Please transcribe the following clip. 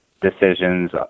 decisions